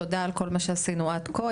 תודה על כל מה שעשינו עד כה,